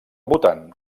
votant